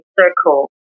circle